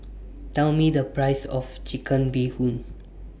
Tell Me The Price of Chicken Bee Hoon